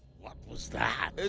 what was that?